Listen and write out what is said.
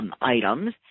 items